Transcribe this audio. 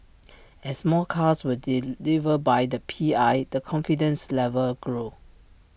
as more cars were delivered by the P I the confidence level grow